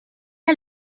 est